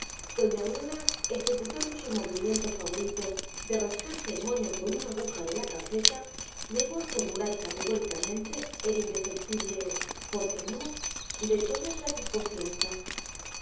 doña aurora ejecutando su movimiento favorito de rascarse el moño con una aguja de la calceta llegó á formular categóricamente el indefectible por qué no de todas las desconfianzas